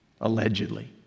Allegedly